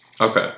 Okay